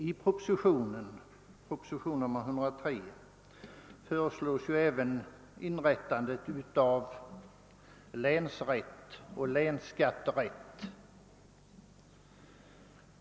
I propositionen 103 föreslås även in rättandet av länsrätt och länsskatterätt.